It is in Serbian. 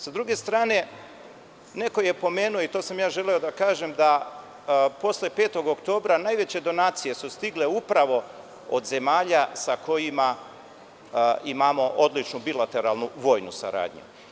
Sa druge strane, neko je pomenuo i to sam ja želeo da kažem da posle petog oktobra najveće donacije su stigle upravo od zemalja sa kojima imamo odličnu bilateralnu i vojnu saradnju.